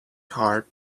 heart